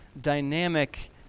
dynamic